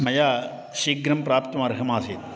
मया शीघ्रं प्राप्तुमर्हमासीत्